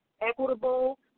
equitable